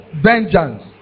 vengeance